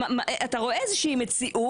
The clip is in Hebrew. אתה רואה איזה שהיא מציאות